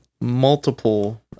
multiple